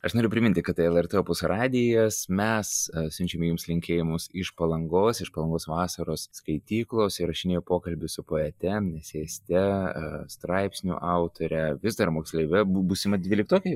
aš noriu priminti kad tai lrt opus radijas mes siunčiame jums linkėjimus iš palangos iš palangos vasaros skaityklos įrašinėju pokalbį su poete eseiste straipsnių autore vis dar moksleive bū būsima dvyliktoke